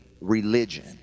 religion